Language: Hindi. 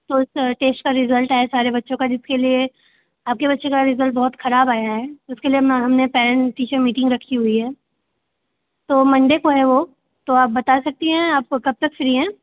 तो उस टेस्ट का रिजल्ट आया सारे बच्चों का जिसके लिए आपके बच्चे का रिजल्ट बहुत खराब आया है उसके लिए हमने पेरेंट्स टीचर मीटिंग रखी हुई है तो मंडे को है वो तो आप बता सकती है आपको कब तक फ्री हैं